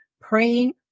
praying